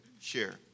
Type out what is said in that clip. Share